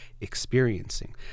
experiencing